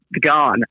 gone